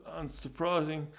unsurprising